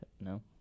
No